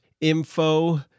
info